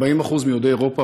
40% מיהודי אירופה,